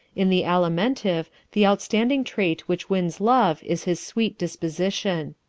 in the alimentive the outstanding trait which wins love is his sweet disposition.